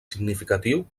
significatiu